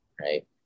Right